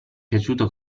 piaciuto